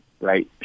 right